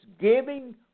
giving